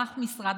בנושא: